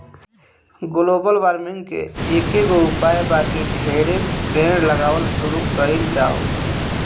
global warming के एकेगो उपाय बा की ढेरे पेड़ लगावल शुरू कइल जाव